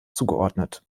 zugeordnet